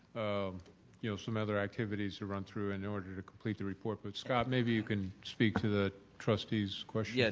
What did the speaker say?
um you know, some other activities run through in order to complete the report. but scott, maybe you can speak to that trustee's question? yeah